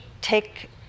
take